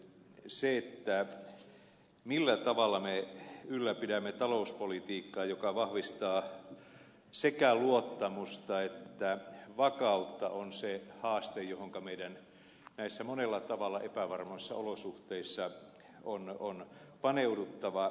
se millä tavalla me ylläpidämme talouspolitiikkaa joka vahvistaa sekä luottamusta että vakautta on se haaste johonka meidän näissä monella tavalla epävarmoissa olosuhteissa on paneuduttava